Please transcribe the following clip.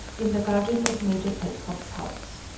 in the garden of major petkoff's house.